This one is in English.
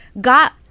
got